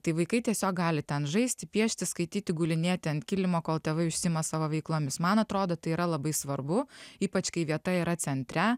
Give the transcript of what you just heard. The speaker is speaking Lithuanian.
tai vaikai tiesiog gali ten žaisti piešti skaityti gulinėti ant kilimo kol tėvai užsiima savo veiklomis man atrodo tai yra labai svarbu ypač kai vieta yra centre